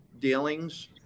dealings